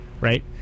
right